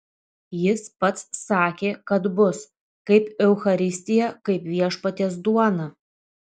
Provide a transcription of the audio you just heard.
jis pats sakė kad bus kaip eucharistija kaip viešpaties duona